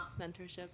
mentorship